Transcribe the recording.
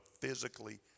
physically